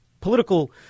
political